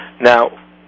now